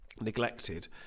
neglected